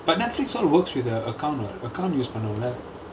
but Netflix all the works with the account what account use பண்ணணும்ல:pannanumla